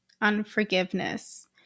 unforgiveness